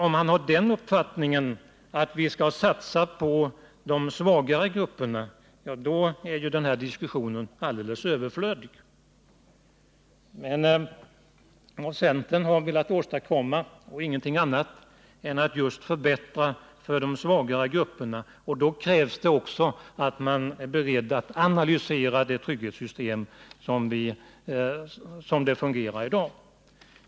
Om han har den uppfattningen att vi skall satsa på de svagare grupperna, då är den här diskussionen alldeles överflödig. Men vad centern har velat åstadkomma är ingenting annat än att förbättra just för de svagare grupperna, och då krävs det också att man är beredd att analysera det trygghetssystem som fungerar i dag.